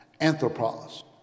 anthropos